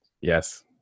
Yes